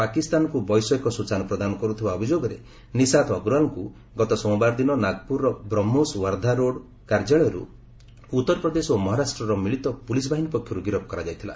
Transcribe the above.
ପାକିସ୍ତାନକୁ ବୈଷୟିକ ସୂଚନା ପ୍ରଦାନ କରୁଥିବା ଅଭିଯୋଗରେ ନିଶାନ୍ତ ଅଗ୍ରୱାଲାଙ୍କୁ ଗତ ସୋମବାର ଦିନ ନାଗପୁରର ବ୍ରହ୍ମୋଷ ୱାର୍ଦ୍ଧା ରୋଡ୍ କାର୍ଯ୍ୟାଳୟରୁ ଉଉରପ୍ରଦେଶ ଓ ମହାରାଷ୍ଟ୍ରର ମିଳିତ ପୁଲିସ୍ ବାହିନୀ ପକ୍ଷରୁ ଗିରଫ୍ କରାଯାଇଥିଲା